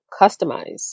customize